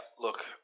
look